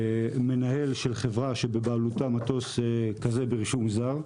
מנהל של חברה שבבעלותה מטוס כזה ברישום זר.